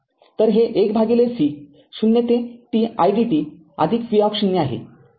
तरहे १c ० ते t idt v आहे